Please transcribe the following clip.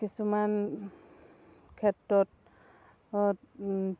কিছুমান ক্ষেত্ৰত